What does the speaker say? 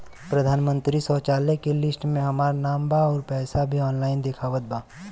प्रधानमंत्री शौचालय के लिस्ट में हमार नाम बा अउर पैसा भी ऑनलाइन दिखावत बा